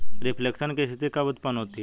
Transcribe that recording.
Reflation की स्थिति कब उत्पन्न होती है?